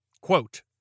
Quote